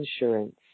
insurance